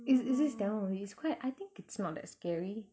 is is this tamil movie it's quite I think it's not that scary